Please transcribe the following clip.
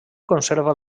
conserva